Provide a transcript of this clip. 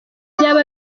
byaba